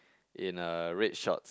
in a red shorts